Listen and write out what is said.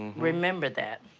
remember that.